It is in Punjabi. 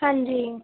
ਹਾਂਜੀ